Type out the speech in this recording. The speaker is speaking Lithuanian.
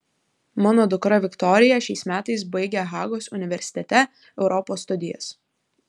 mano dukra viktorija šiais metais baigia hagos universitete europos studijas